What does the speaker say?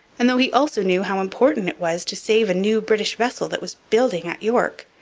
and though he also knew how important it was to save a new british vessel that was building at york,